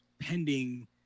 pending